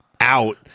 out